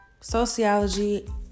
sociology